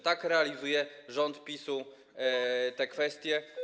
Tak realizuje rząd PiS te kwestie.